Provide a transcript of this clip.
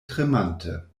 tremante